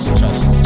trust